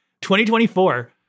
2024